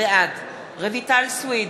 בעד רויטל סויד,